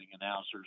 announcers